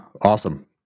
Awesome